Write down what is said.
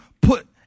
put